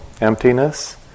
Emptiness